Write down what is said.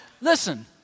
listen